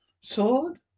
Sword